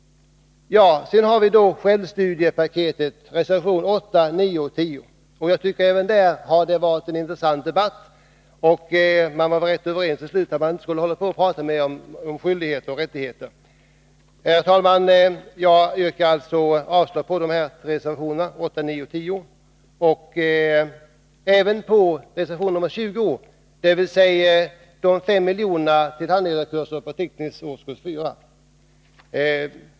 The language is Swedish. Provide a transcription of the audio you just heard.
Sedan har vi då självstudiepaketet — reservationerna 8, 9 och 10. Även här har det varit en intressant debatt, och mar var till slut rätt överens om att man inte skulle tala mer om skyldigheter och rättigheter. Herr talman! Jag yrkar avslag på reservationerna 8, 9 och 10 liksom också på reservation 20, som gäller 5 milj.kr. till handledarkurser för teknisk årskurs 4.